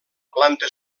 planta